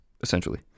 essentially